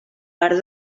part